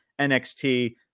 nxt